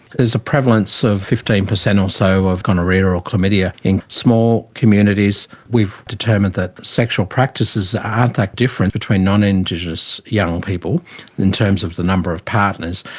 there's a prevalence of fifteen percent or so of gonorrhoea or chlamydia in small communities. we determined that sexual practices aren't that different between non-indigenous young people in terms of the number of partners.